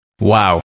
Wow